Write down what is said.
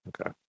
okay